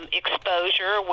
exposure